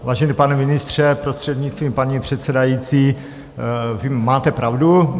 Vážený pane ministře, prostřednictvím paní předsedající, máte pravdu.